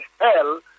hell